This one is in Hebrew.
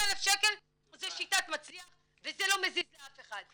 20,000 שקל זה שיטת מצליח וזה לא מזיז לאף אחד.